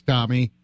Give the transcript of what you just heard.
Tommy